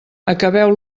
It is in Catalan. acabeu